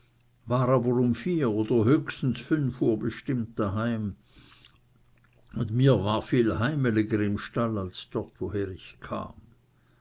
aber um vier oder höchstens fünf uhr bestimmt daheim und mir war viel heimeliger im stall als dort woher ich kam